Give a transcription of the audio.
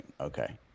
okay